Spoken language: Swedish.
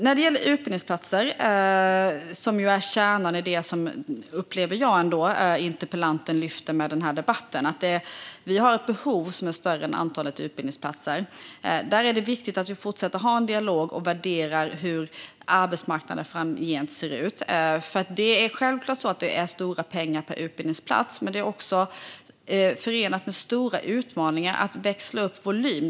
När det gäller utbildningsplatser, som jag upplever är kärnan i det som interpellanten lyfter fram med denna debatt, har vi ett behov som är större än antalet utbildningsplatser. Det är viktigt att vi fortsätter att ha en dialog och värderar hur arbetsmarknaden framgent ser ut. Det är självklart så att det rör sig om stora pengar per utbildningsplats, men det är också förenat med stora utmaningar att växla upp volym.